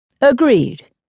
Agreed